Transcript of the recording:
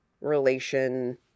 relation